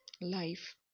life